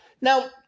Now